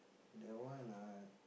that one ah